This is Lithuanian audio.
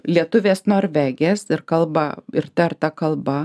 lietuvės norvegės ir kalba ir ta ir ta kalba